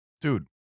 Dude